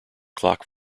clock